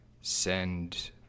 send